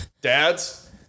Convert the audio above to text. Dads